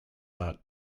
art